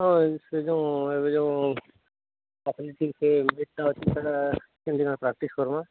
ହଁ ସିଏ ଯୋଉଁ ଏବେ ଯୋଉ କେମିତି କ'ଣ ପ୍ରାକ୍ଟିସ୍ କରୁନ